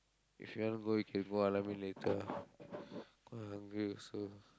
if you want to go you can go lah let me later cause I hungry also